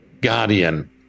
guardian